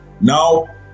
now